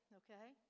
okay